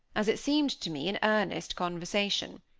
as it seemed to me, in earnest conversation.